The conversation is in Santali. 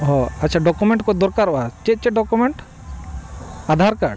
ᱦᱮᱸ ᱟᱪᱪᱷᱟ ᱰᱚᱠᱩᱢᱮᱱᱴ ᱠᱚ ᱫᱚᱨᱠᱟᱨᱚᱜᱼᱟ ᱪᱮᱫ ᱪᱮᱫ ᱰᱳᱠᱩᱢᱮᱱᱴ ᱟᱫᱷᱟᱨ ᱠᱟᱨᱰ